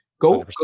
Go